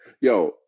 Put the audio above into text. yo